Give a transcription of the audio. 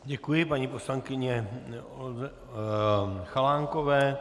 Děkuji paní poslankyni Chalánkové.